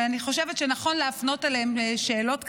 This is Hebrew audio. אני חושבת שנכון להפנות אליהם שאלות כרגע.